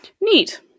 Neat